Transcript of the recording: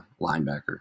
linebacker